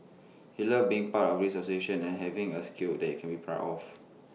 he loved being part of this association and having A skill that he can be proud of